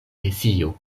hesio